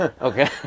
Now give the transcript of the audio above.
Okay